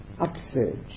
upsurge